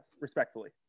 respectfully